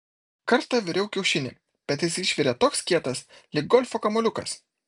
kartą viriau kiaušinį bet jis išvirė toks kietas lyg golfo kamuoliukas